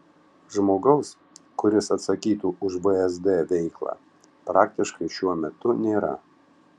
žmogaus kuris atsakytų už vsd veiklą praktiškai šiuo metu nėra